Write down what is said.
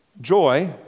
joy